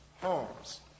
homes